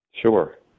Sure